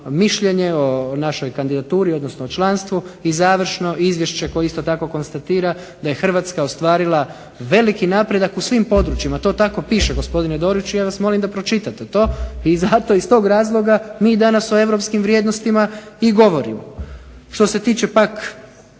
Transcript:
mišljenje o našoj kandidaturi, odnosno o članstvu, i završno izvješće koje isto tako konstatira da je Hrvatska ostvarila veliki napredak u svim područjima. To tako piše gospodine Doriću, ja vas molim da pročitate to. I zato iz tog razloga mi danas o europskim vrijednostima i govorimo. Što se tiče pak